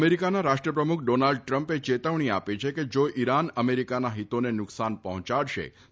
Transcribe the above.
અમેરિકાના રાષ્ટ્રપ્રમુખ ડોનાલ્ડ ટ્રમ્પે ચેતવણી આપી છે કે જા ઈરાન અમેરિકાના હિતોને નુકસાન પહોંચાડશે તો તેનો નાશ કરાશે